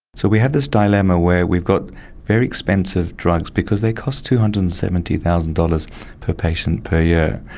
so we had this dilemma where we've got very expensive drugs, because they cost two hundred and seventy thousand dollars per patient per year,